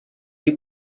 the